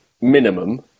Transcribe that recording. minimum